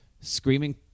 Screaming